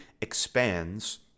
expands